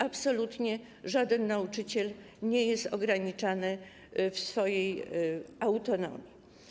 Absolutnie żaden nauczyciel nie jest ograniczany w swojej autonomii.